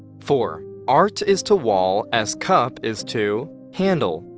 four. art is to wall as cup is to handle,